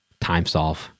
TimeSolve